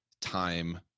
time